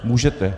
Můžete.